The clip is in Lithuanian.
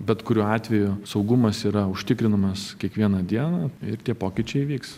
bet kuriuo atveju saugumas yra užtikrinamas kiekvieną dieną ir tie pokyčiai įvyks